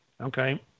Okay